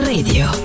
Radio